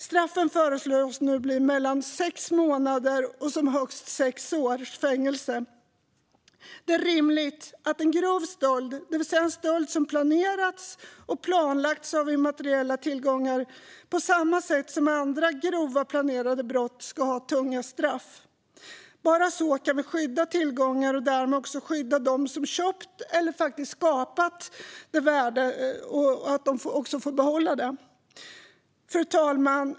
Straffet föreslås nu bli mellan minst sex månaders och högst sex års fängelse. Det är rimligt att en grov stöld av en immateriell tillgång, det vill säga en stöld som planerats och planlagts på samma sätt som andra grova planerade brott, ska straffas hårt. Bara så kan vi skydda tillgångar och därmed också skydda dem som köpt eller skapat detta värde. Fru talman!